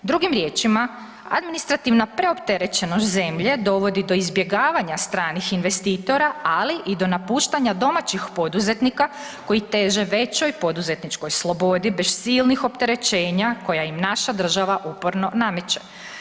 Drugim riječima, administrativna preopterećenost zemlje dovodi do izbjegavanja stranih investitora, ali i do napuštanja domaćih poduzetnika koji teže većoj poduzetničkoj slobodi bez silnih opterećenja koja im naša država uporno nameće.